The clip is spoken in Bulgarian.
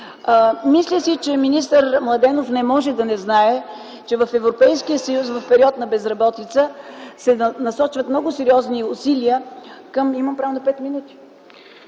Мисля си, че министър Младенов не може да не знае, че в Европейския съюз в период на безработица се насочват много сериозни усилия към… ПРЕДСЕДАТЕЛ ЛЪЧЕЗАР